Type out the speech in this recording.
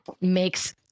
makes